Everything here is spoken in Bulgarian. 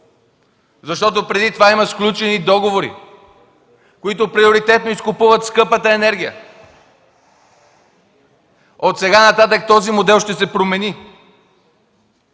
Защото преди това има сключени договори, по които приоритетно изкупуват скъпата енергия! Отсега нататък този модел ще се промени!